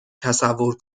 تصور